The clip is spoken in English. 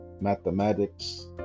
mathematics